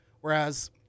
Whereas